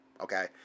okay